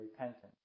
repentance